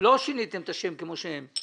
לא שיניתם את השם כמו שהם.